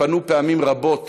ופנו פעמים רבות,